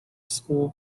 school